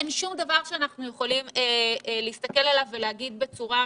אין שום דבר שאנחנו יכולים להסתכל עליו ולהגיד בצורה אמיתית: